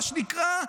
מה שנקרא,